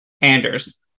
Anders